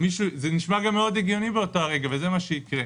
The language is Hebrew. זה נשמע גם מאוד הגיוני באותו רגע, וזה מה שיקרה.